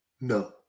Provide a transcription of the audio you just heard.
No